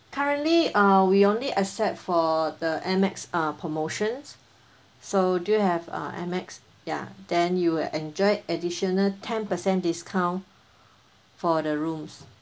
currently uh we only accept for the AMEX uh promotions so do you have uh AMEX ya then you'll enjoy additional ten percent discount for the rooms